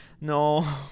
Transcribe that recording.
No